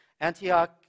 Antioch